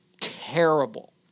terrible